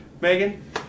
megan